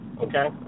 Okay